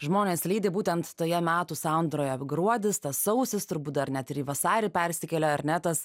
žmones lydi būtent toje metų sandūroje gruodis sausis turbūt dar net ir į vasarį persikelia ar ne tas